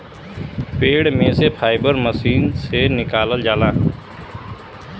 पेड़ में से फाइबर मशीन से निकालल जाला